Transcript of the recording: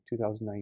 2019